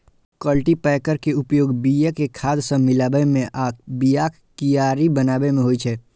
cultipacker के उपयोग बिया कें खाद सं मिलाबै मे आ बियाक कियारी बनाबै मे होइ छै